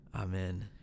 amen